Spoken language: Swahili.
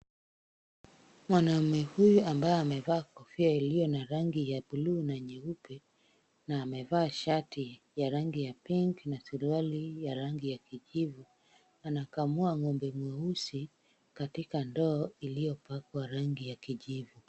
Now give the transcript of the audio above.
Mwanaume huyu aiyevalia kofia iliyo na rangi ya buluu na nyeupe , na amevaa shati ya rangi ya pink na suruali ya rangi ya kijivu, anakamua ng'ombe mweusi katika ndoo iliyopakwa rangi ya kijivu.